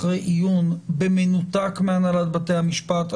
אחרי עיון במנותק מהנהלת בתי המשפט,